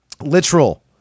literal